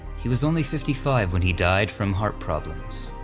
he was only fifty five when he died from heart problems.